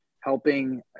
helping